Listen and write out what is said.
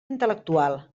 intel·lectual